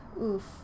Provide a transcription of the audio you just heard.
Oof